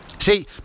See